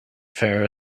affair